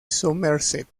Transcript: somerset